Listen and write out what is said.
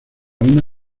una